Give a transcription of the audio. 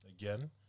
again